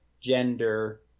gender